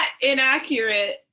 inaccurate